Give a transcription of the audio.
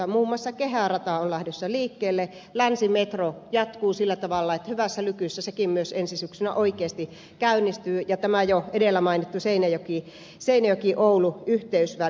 muun muassa kehärata on lähdössä liikkeelle länsimetro jatkuu sillä tavalla että hyvässä lykyssä sekin myös ensi syksynä oikeasti käynnistyy ja tämä jo edellä mainittu seinäjokioulu yhteysväli